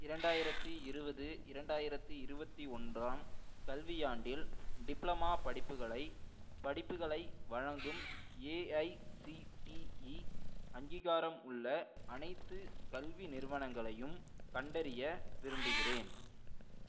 இரண்டாயிரத்தி இருபது இரண்டாயிரத்தி இருபத்தி ஒன்றாம் கல்வியாண்டில் டிப்ளமா படிப்புகளை படிப்புகளை வழங்கும் ஏஐசிடிஇ அங்கீகாரம் உள்ள அனைத்துக் கல்வி நிறுவனங்களையும் கண்டறிய விரும்புகிறேன்